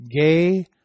gay